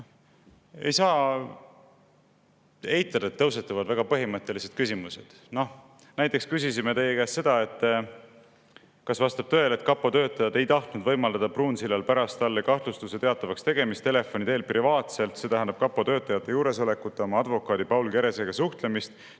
ei saa eitada, et tõusetuvad väga põhimõttelised küsimused. Näiteks küsisime teie käest seda, kas vastab tõele, et kapo töötajad ei tahtnud võimaldada Pruunsillal pärast talle kahtlustuse teatavaks tegemist telefoni teel privaatselt, see tähendab kapo töötajate juuresolekuta, oma advokaadi Paul Keresega suhtlemist